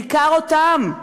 בעיקר אותם,